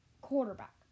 quarterback